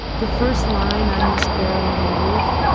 the first line, i'm the sparrow on the roof,